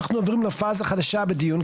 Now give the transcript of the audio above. אנחנו עוברים לפאזה חדשה בדיון,